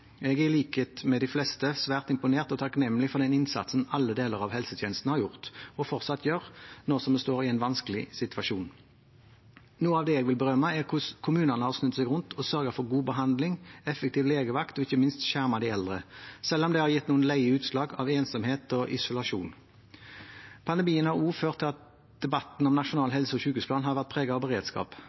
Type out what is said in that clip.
Jeg er, i likhet med de fleste, svært imponert over og takknemlig for den innsatsen alle deler av helsetjenesten har gjort og fortsatt gjør, nå som vi står i en vanskelig situasjon. Noe av det jeg vil berømme, er hvordan kommunene har snudd seg rundt og sørget for god behandling, effektiv legevakt og ikke minst skjerming av de eldre, selv om det har gitt noen leie utslag av ensomhet og isolasjon. Pandemien har også ført til at debatten om Nasjonal helse- og sykehusplan har vært preget av beredskap: